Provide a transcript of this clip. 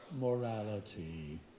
morality